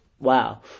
Wow